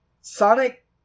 Sonic